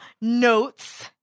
notes